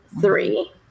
three